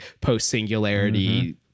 post-singularity